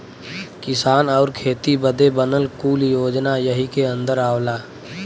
किसान आउर खेती बदे बनल कुल योजना यही के अन्दर आवला